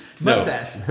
Mustache